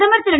பிரதமர் திரு